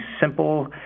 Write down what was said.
simple